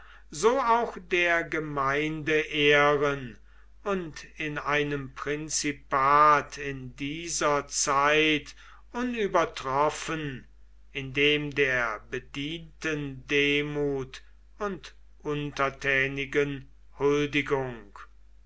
so auch der gemeindeehren und in einem prinzipat in dieser zeit unübertroffen in dem der bedientendemut und untertänigen huldigung